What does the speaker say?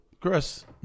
Chris